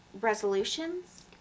resolutions